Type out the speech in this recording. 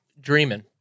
dreaming